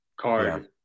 card